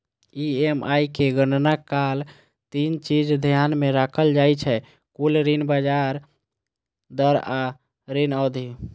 EMI के गणना काल तीन चीज ध्यान मे राखल जाइ छै, कुल ऋण, ब्याज दर आ ऋण अवधि